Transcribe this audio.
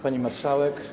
Pani Marszałek!